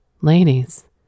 ladies